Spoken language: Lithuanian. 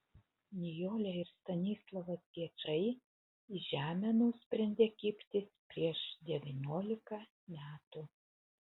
nijolė ir stanislovas gečai į žemę nusprendė kibtis prieš devyniolika metų